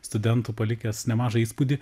studentų palikęs nemažą įspūdį